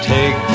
Take